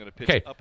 Okay